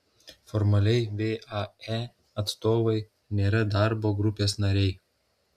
formaliai vae atstovai nėra darbo grupės nariai